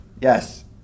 Yes